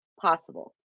possible